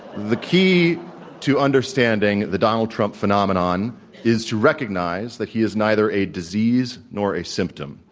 the key to understanding the donald trump phenomenon is to recognize that he is neither a disease nor a symptom.